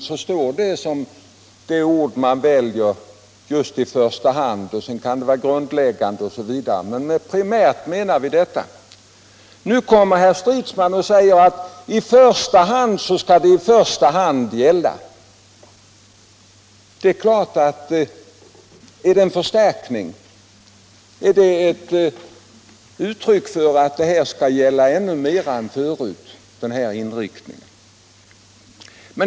Där står det som första alternativ att det betyder ”i första hand”. Sedan kan det betyda ”grundläggande” osv., men primärt betyder alltså bl.a. ”i första hand”. Nu säger herr Stridsman alltså: I första hand skall det i första hand gälla, osv. Är det ett uttryck för att den här inriktningen skall bli mer markerad än förut?